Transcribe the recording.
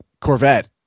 Corvette